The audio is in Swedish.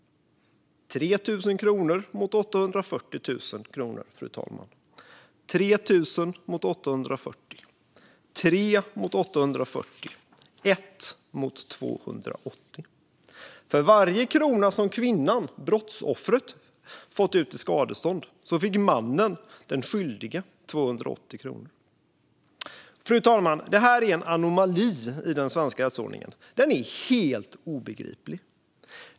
Det handlar om 3 000 kronor mot 840 000 kronor, 3 000 mot 840 000, 3 mot 840, 1 mot 280. För varje krona som kvinnan, brottsoffret, hade fått ut i skadestånd fick mannen, den skyldige, ut 280 kronor. Fru talman! Det här är en anomali i den svenska rättsordningen. Den är helt obegriplig.